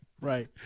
right